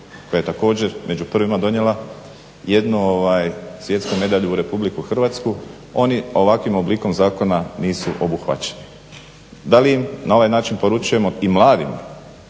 koja je također među prvima donijela jednu svjetsku medalju u Republiku Hrvatsku, oni ovakvim oblikom zakona nisu obuhvaćeni. Da li im na ovaj način poručujemo i mladima